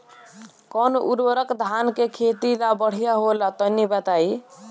कौन उर्वरक धान के खेती ला बढ़िया होला तनी बताई?